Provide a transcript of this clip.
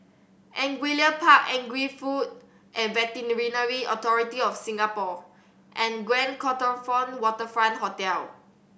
Angullia Park Agri Food and Veterinary Authority of Singapore and Grand Copthorne Waterfront Hotel